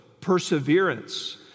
perseverance